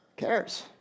cares